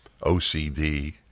OCD